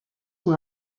who